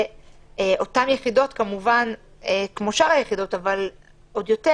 אותן יחידות כמובן כמו שאר היחידות אבל עוד יותר